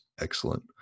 excellent